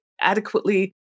adequately